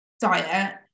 diet